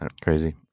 Crazy